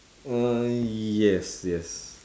uh yes yes